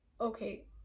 Okay